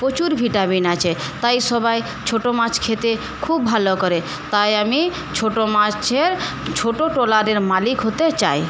প্রচুর ভিটামিন আছে তাই সবাই ছোট মাছ খেয়ে খুব ভাল করে তাই আমি ছোট মাছের ছোট ট্রলারের মালিক হতে চাই